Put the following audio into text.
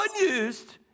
unused